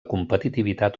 competitivitat